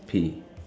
P